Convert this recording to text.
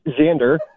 Xander